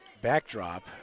backdrop